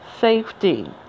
safety